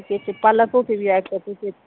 ठीके छै पलकोके बिआ एक पॉकेट